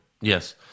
Yes